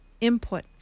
input